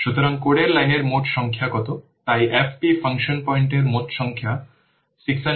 সুতরাং কোডের লাইনের মোট সংখ্যা কত তাই FP ফাংশন পয়েন্টের মোট সংখ্যা 672